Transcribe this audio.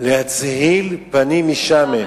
להצהיל פנים משמן",